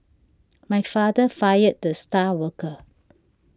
my father fired the star worker